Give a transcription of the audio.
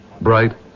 Bright